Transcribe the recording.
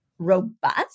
Robust